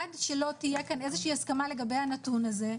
עד שלא תהיה כאן איזושהי הסכמה לגבי הנתון הזה,